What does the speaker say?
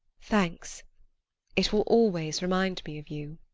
thanks it will always remind me of you.